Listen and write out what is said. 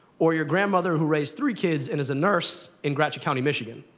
or your grandmother who raised three kids and is a nurse in gratiot county, michigan.